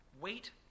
Wait